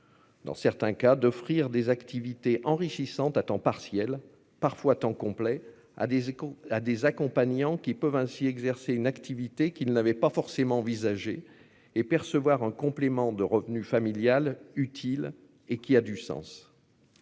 Dans certains cas, d'offrir des activités enrichissantes à temps partiel parfois à temps complet à des échos à des accompagnants qui peuvent ainsi exercer une activité qu'il n'avait pas forcément envisagé et percevoir un complément de revenu familial utile et qui a du sens.